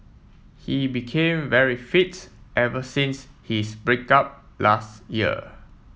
he became very fit ever since his break up last year